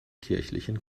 kirchlichen